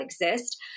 exist